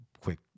quick